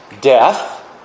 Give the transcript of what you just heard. death